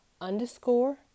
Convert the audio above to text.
underscore